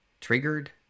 triggered